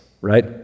right